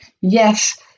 Yes